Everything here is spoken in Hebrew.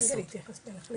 אפשר להתייחס לחלק של פיקוח?